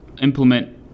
implement